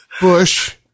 Bush